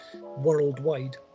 worldwide